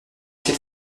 qu’il